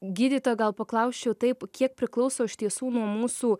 gydytoja gal paklausčiau taip kiek priklauso iš tiesų nuo mūsų